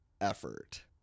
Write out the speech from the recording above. effort